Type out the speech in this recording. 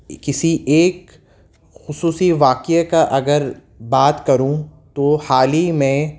کسی ایک خصوصی واقعے کا اگر بات کروں تو حال ہی میں